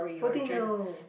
forty no